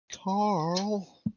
Carl